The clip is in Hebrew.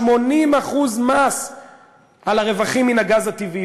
80% מס על הרווחים מן הגז הטבעי,